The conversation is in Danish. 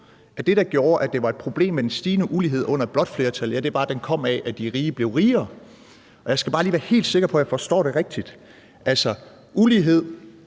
at det, der gjorde, at det var et problem med den stigende ulighed under et blåt flertal, var, at den kom af, at de rige blev rigere. Jeg skal bare lige være helt sikker på, at jeg forstår det rigtigt. Altså, ulighed